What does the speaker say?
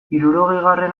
hirurogeigarren